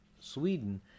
Sweden